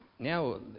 Now